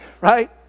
Right